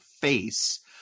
face